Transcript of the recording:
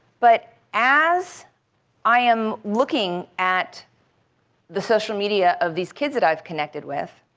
but as i am looking at the social media of these kids that i've connected with